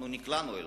אנחנו נקלענו אליו.